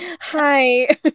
hi